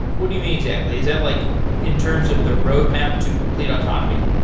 what do you mean exactly? is that like in terms of the roadmap to complete autonomy?